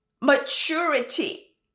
maturity